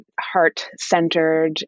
heart-centered